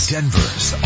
Denver's